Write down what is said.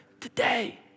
today